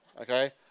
Okay